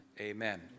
Amen